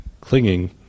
clinging